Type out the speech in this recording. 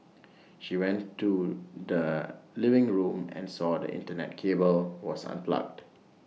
she went to the living room and saw the Internet cable was unplugged